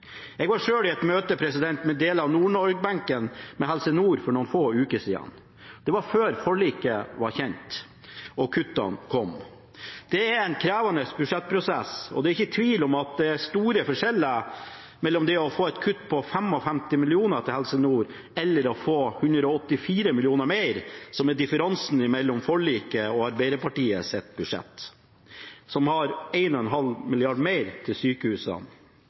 Jeg var selv i møte med deler av Nord-Norge-benken med Helse Nord for noen få uker siden. Det var før forliket var kjent og kuttene kom. Det er en krevende budsjettprosess, og det er ikke tvil om at det er store forskjeller mellom det å få et kutt på 55 mill. kr til Helse Nord og å få 184 mill. kr mer, som er differansen mellom forliket og Arbeiderpartiets budsjett, som har 1,5 mrd. kr mer til sykehusene.